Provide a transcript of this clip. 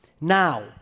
Now